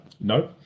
no